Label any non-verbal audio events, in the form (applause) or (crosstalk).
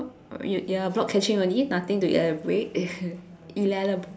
ya ya block catching only nothing to elaborate (laughs) ela~